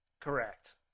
correct